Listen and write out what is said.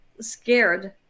scared